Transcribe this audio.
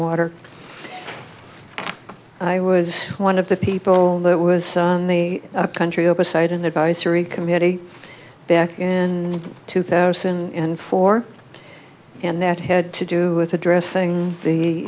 water i was one of the people that was in the country oversight and advisory committee back in two thousand and four and that had to do with addressing the